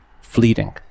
fleeting